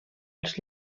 als